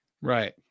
right